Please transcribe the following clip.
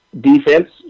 defense